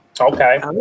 okay